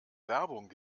werbung